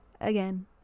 again